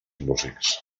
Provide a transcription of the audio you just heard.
músics